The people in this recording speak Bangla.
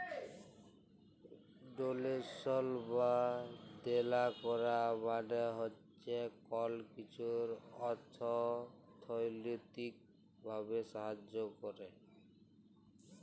ডোলেশল বা দেলা ক্যরা মালে হছে কল কিছুর অথ্থলৈতিক ভাবে সাহায্য ক্যরা